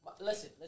listen